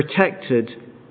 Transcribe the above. protected